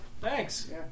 Thanks